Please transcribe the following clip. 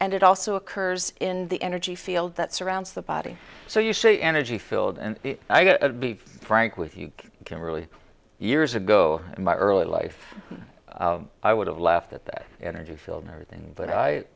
and it also occurs in the energy field that surrounds the body so you see energy filled and i got be frank with you can really years ago in my early life i would have left that energy field and everything but i